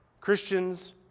Christians